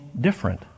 different